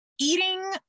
eating